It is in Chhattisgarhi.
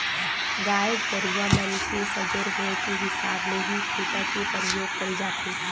गाय गरुवा मन के सजोर होय के हिसाब ले ही खूटा के परियोग करे जाथे